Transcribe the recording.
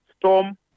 storm